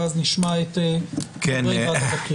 ואז נשמע את דברי ועדת הבחירות.